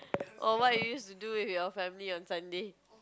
oh what you used to do with your family on Sunday